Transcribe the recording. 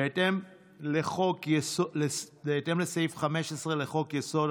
בהתאם לסעיף 15 לחוק-יסוד: